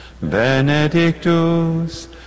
Benedictus